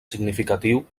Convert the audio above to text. significatiu